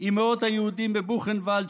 עם מאות היהודים בבוכנוואלד,